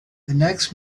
next